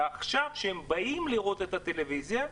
ועכשיו, כשהם באים לראות טלוויזיה,